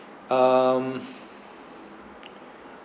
hmm